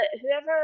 whoever